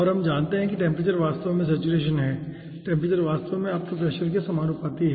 और हम जानते हैं कि टेम्परेचर वास्तव में सेचुरेशन है टेम्परेचर वास्तव में आपके प्रेशर के समानुपाती होता है